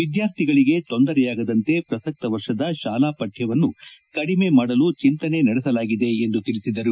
ವಿದ್ಯಾರ್ಥಿಗಳಿಗೆ ತೊಂದರೆಯಾಗದಂತೆ ಪ್ರಸಕ್ತ ವರ್ಷದ ಶಾಲಾ ಪಕ್ಷವನ್ನು ಕಡಿಮೆ ಮಾಡಲು ಚಿಂತನೆ ನಡೆಸಲಾಗಿದೆ ಎಂದು ತಿಳಿಸಿದರು